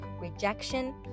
rejection